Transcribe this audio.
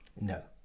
No